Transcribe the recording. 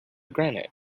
granite